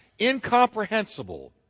Incomprehensible